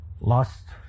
lost